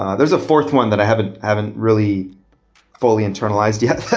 there's a fourth one that i haven't haven't really fully internalized yet.